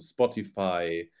Spotify